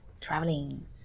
traveling